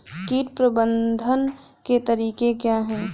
कीट प्रबंधन के तरीके क्या हैं?